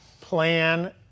plan